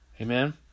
Amen